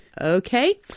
Okay